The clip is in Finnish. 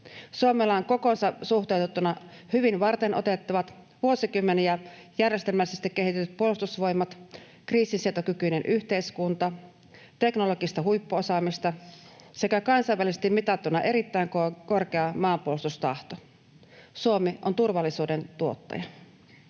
Suomella on kokoonsa suhteutettuna hyvin varteenotettavat, vuosikymmeniä järjestelmällisesti kehitetyt puolustusvoimat, kriisinsietokykyinen yhteiskunta, teknologista huippuosaamista sekä kansainvälisesti mitattuna erittäin korkea maanpuolustustahto. Suomi on turvallisuuden tuottaja.